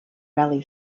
rally